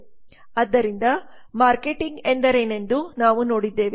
ಆದ್ದರಿಂದ ಮಾರ್ಕೆಟಿಂಗ್ ಎಂದರೇನೆಂದು ನಾವು ನೋಡಿದ್ದೇವೆ